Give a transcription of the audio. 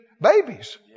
babies